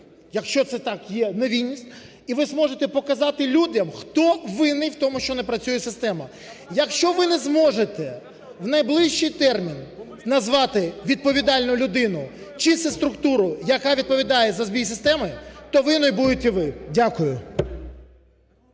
якщо це так є, невинність і ви зможете показати людям, хто винен у тому, що не працює система. Якщо ви не зможете у найближчий термін назвати відповідальну людину, чисту структуру, яка відповідає за збій системи, то винні будете ви. Дякую.